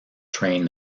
train